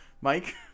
Mike